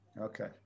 Okay